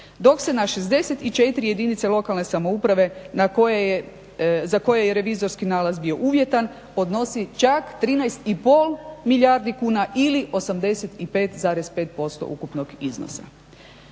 dok se na 64 jedinice lokalne samouprave na koje je, za koje je revizorski nalaz bio uvjetan podnosi čak 13,5 milijardi kuna ili 85,5% ukupnog iznosa.